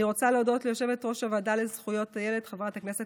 אני רוצה להודות ליושבת-ראש הוועדה לזכויות הילד חברת הכנסת